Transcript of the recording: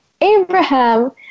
Abraham